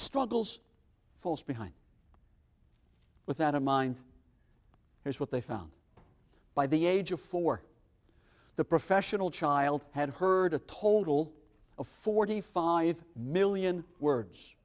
struggles falls behind with that in mind here's what they found by the age of four the professional child had heard a total of forty five million words